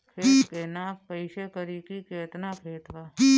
खेत के नाप कइसे करी की केतना खेत बा?